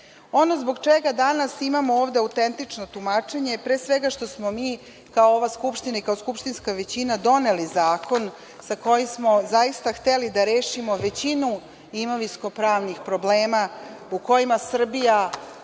zbog čega danas imamo ovde autentično tumačenje je, pre svega, što smo mi kao ova Skupština i kao skupštinska većina doneli zakon sa kojim smo zaista hteli da rešimo većinu imovinsko-pravnih problema u kojima Srbija